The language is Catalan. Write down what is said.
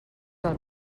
del